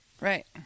Right